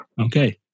Okay